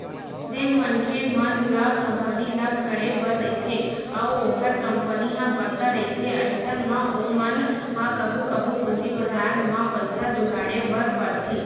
जेन मनखे मन ल कंपनी ल खड़े बर रहिथे अउ ओखर कंपनी ह बड़का रहिथे अइसन म ओमन ह कभू कभू पूंजी बजार म पइसा जुगाड़े बर परथे